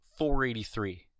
483